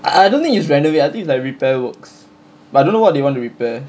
I don't think it's renovate I think is like repair works but I don't know what they want to repair